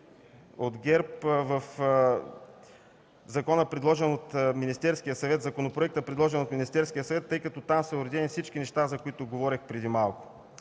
в законопроекта, предложен от Министерския съвет, тъй като там са уредени всички неща, за които говорих преди малко?